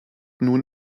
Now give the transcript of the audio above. nun